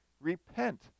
Repent